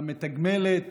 המתגמלת